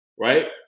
right